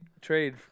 trade